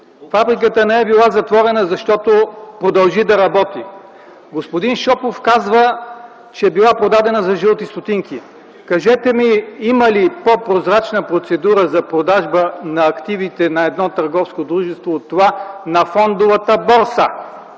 Фабриката не е била затворена, защото продължи да работи. Господин Шопов казва, че била продадена за жълти стотинки. Кажете ми има ли по прозрачна процедура за продажба на активите на едно търговско дружество от това на фондовата борса?